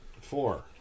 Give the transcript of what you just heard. Four